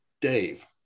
Dave